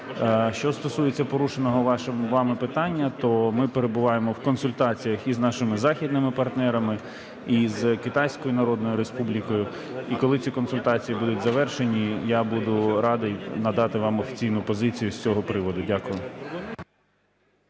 Що стосується порушеного вами питання, то ми перебуваємо в консультаціях і з нашими західними партнерами, і з Китайською Народною Республікою. І коли ці консультації будуть завершені, я буду радий надати вам офіційну позицію з цього приводу. Дякую.